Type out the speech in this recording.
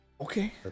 Okay